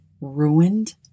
ruined